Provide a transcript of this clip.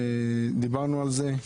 דיברנו על זה.